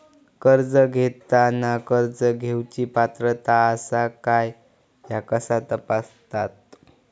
कर्ज घेताना कर्ज घेवची पात्रता आसा काय ह्या कसा तपासतात?